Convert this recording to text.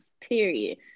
Period